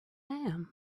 lamb